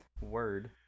word